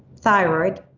thyroid